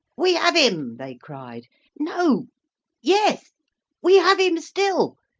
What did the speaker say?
we have him, they cried no yes we have him still!